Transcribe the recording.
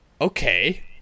okay